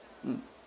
mm